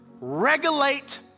regulate